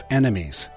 enemies